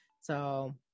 So-